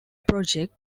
project